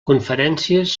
conferències